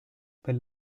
per